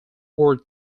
worth